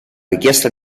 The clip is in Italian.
richiesta